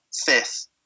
fifth